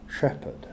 shepherd